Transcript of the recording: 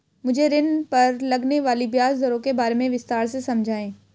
मुझे ऋण पर लगने वाली ब्याज दरों के बारे में विस्तार से समझाएं